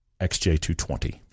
XJ220